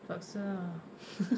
terpaksa ah